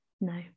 No